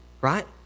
Right